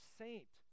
saint